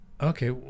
Okay